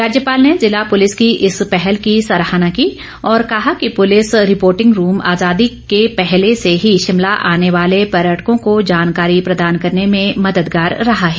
राज्यपाल ने जिला पुलिस की इस पहल की सराहना की और कहा कि पुलिस रिपोर्टिंग रूम आजादी के पहले से ही शिमला आने वाले पर्यटकों को जानकारी प्रदान करने में मददगार रहा है